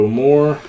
more